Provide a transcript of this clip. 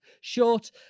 short